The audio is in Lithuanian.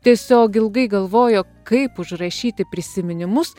tiesiog ilgai galvojo kaip užrašyti prisiminimus